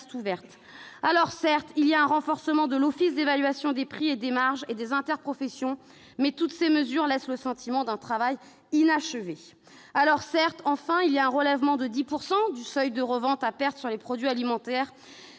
ouverte. Certes, il y a un renforcement de l'office d'évaluation des prix et des marges et des interprofessions, mais toutes ces mesures laissent le sentiment d'un travail inachevé. Certes, il y a un relèvement de 10 % du seuil de revente à perte sur les produits alimentaires,